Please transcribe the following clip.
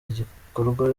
igikorwa